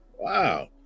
wow